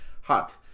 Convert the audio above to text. hot